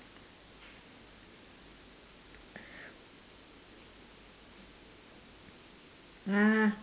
ah